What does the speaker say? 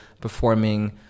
performing